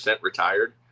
retired